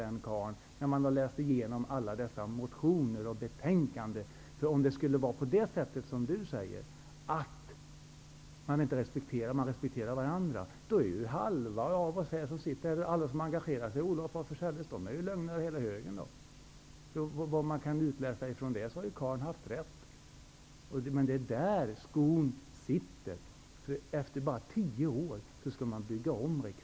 Det kan man finna när man läser igenom alla dessa motioner och betänkanden. Om det skulle vara på det sätt som Bertil Fiskesjö säger, nämligen att man respekterar varandra, är alla som engagerar sig i ärendet om Olof af Forselles lögnare hela högen. Karln har ju haft rätt -- efter vad man kan utläsa. Men det är där skon klämmer. Efter endast 10 år skall riksdagen byggas om.